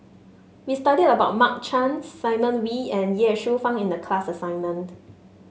we studied about Mark Chan Simon Wee and Ye Shufang in the class assignment